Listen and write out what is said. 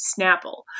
Snapple